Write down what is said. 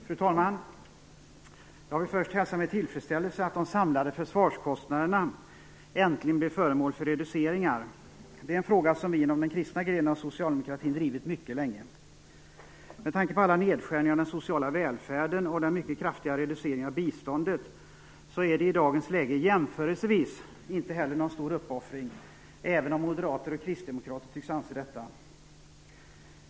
Fru talman! Jag vill först hälsa med tillfredsställelse att de samlade försvarskostnader äntligen blir föremål för reduceringar. Det är en fråga som vi inom den kristna grenen av socialdemokratin drivit mycket länge. Med tanke på alla nedskärningar av den sociala välfärden och den mycket kraftiga reduceringen av biståndet är det i dagens läge inte heller någon stor uppoffring, även om moderater och kristdemokrater tycks anse detta.